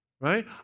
right